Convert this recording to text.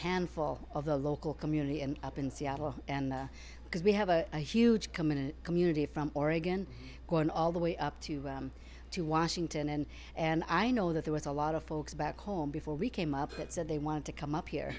handful of the low community and up in seattle and because we have a huge community community from oregon going all the way up to them to washington and and i know that there was a lot of folks back home before we came up that said they wanted to come up here